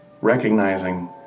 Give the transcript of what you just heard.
recognizing